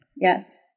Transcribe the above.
Yes